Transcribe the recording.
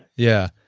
yeah.